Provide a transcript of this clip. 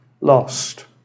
lost